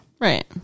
Right